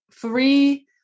three